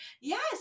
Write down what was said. Yes